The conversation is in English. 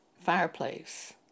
fireplace